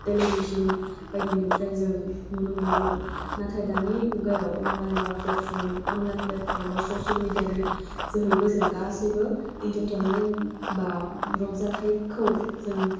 television बायदिनिफ्राय जों नुनो मोनोमोन नाथाय दानि मुगायाव अनलाइन बा प्लेटफर्म अनलाइन प्लेटफर्म बा ससियेल मेडियानि जोहैबो जों गासैबो इन्टारटेइनमेन्ट बा रंजाथाइखौ जों